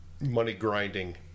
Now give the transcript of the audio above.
money-grinding